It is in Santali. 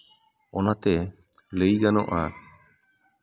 ᱚᱱᱟᱛᱮ ᱞᱟᱹᱭ ᱜᱟᱱᱚᱜᱼᱟ